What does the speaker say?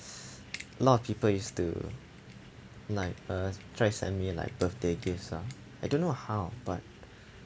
s~ lot of people is to like uh try to send me like birthday gifts ah I don't know how but